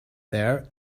there